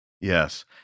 yes